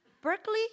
berkeley